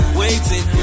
waiting